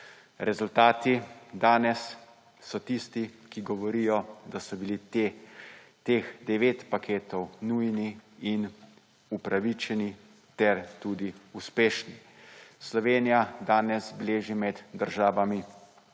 Rezultati danes so tisti, ki govorijo, da so bili teh devet paketov nujni in upravičeni ter tudi uspešni. Slovenija danes beleži med državami